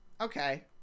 Okay